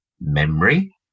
memory